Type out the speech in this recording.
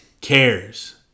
cares